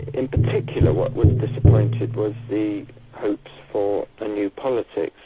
in particular what was disappointed was the hopes for a new politics.